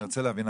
אני רוצה להבין,